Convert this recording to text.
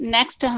Next